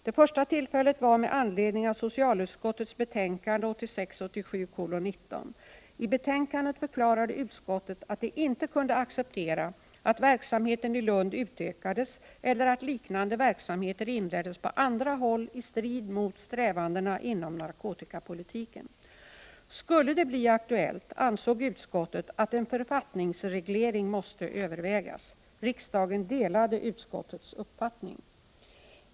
Det första tillfället var när socialutskottets betänkande 1986/87:19 diskuterades. I betänkandet förklarade utskottet att det inte kunde acceptera att verksamheten i Lund utökades eller att liknande verksamheter inleddes på andra håll i strid mot strävandena inom narkotikapolitiken. Skulle det bli aktuellt ansåg utskottet att en författningsreglering måste övervägas. Riksdagen delade utskottets uppfattning.